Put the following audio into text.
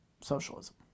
socialism